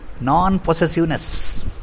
non-possessiveness